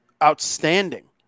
outstanding